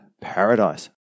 paradise